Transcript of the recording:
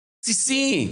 בסיסי.